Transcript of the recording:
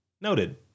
Noted